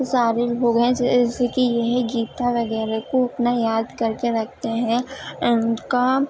سارے لوگ ہیں جیسے کہ یہ گیتا وغیرہ کو اپنا یاد کرکے رکھتے ہیں اور ان کا